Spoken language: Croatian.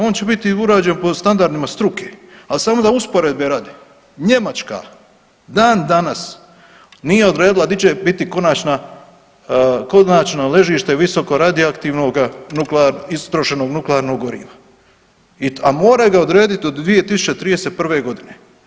On će biti urađen po standardima struke, ali samo da usporedbe radi, Njemačka dan danas nije odredila di će biti konačna, konačno ležište visokoradioaktivnoga istrošenog nuklearnog goriva, a mora ga odrediti do 2031. godine.